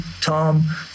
Tom